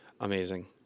amazing